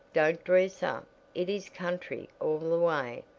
don't dress up it is country all the way,